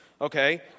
Okay